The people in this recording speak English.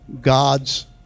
God's